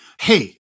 hey